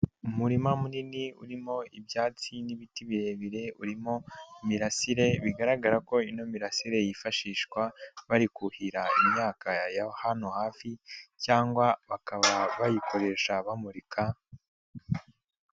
Umurima munini urimo ibyatsi n'ibiti birebire, urimo imirasire bigaragara ko ino mirasire yifashishwa bari kuhira imyaka ya hano hafi cyangwa bakaba bayikoresha bamurika.